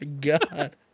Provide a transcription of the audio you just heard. God